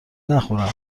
نخورم